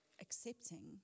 accepting